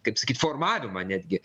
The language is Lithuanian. kaip sakyt formavimą netgi